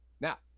Now